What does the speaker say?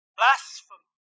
blasphemy